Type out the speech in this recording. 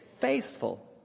faithful